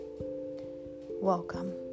Welcome